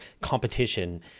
competition